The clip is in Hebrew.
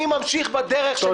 אני ממשיך בדרך שלי